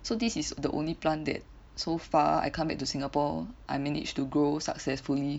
so this is the only plant that so far I come back to Singapore I managed to grow successfully